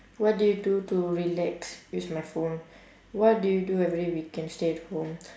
what do you do to relax use my phone what do you do every weekend stay at home